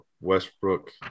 Westbrook